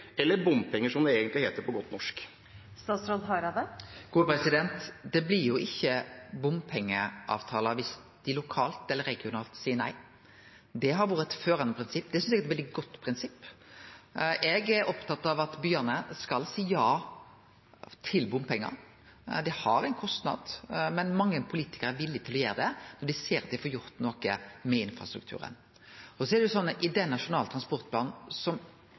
eller bompenger, som det egentlig heter på godt norsk? Det blir jo ikkje bompengeavtalar viss dei lokalt eller regionalt seier nei. Det har vore eit førande prinsipp, og det synest eg er eit veldig godt prinsipp. Eg er opptatt av at byane skal seie ja til bompengar. Det har ein kostnad, men mange politikarar er villige til å gjere det, når dei ser at dei får gjort noko med infrastrukturen.